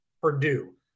Purdue